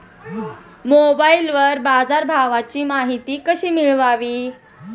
मोबाइलवर बाजारभावाची माहिती कशी मिळवावी?